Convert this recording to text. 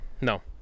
No